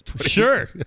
Sure